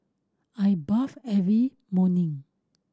I bath every morning